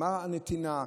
הנתינה,